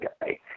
Guy